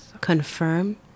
confirm